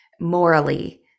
morally